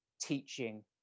teaching